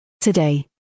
Today